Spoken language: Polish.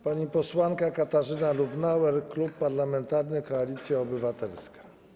Pani posłanka Katarzyna Lubnauer, Klub Parlamentarny Koalicja Obywatelska.